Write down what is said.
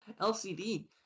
LCD